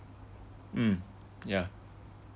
mm yeah